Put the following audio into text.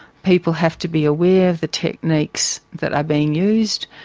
people have to be aware of the techniques that are being used.